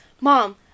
Mom